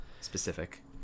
Specific